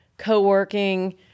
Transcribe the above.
co-working